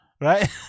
right